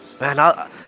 Man